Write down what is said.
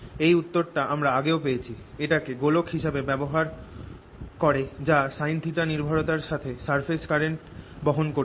এই উত্তরটা আমরা আগেও পেয়েছি এটাকে গোলক হিসাবে ব্যবহার করে যা sinθ নির্ভরতার সাথে সারফেস কারেন্ট বহন করছে